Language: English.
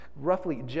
roughly